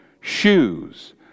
shoes